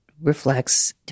reflects